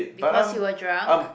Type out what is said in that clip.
because you were drunk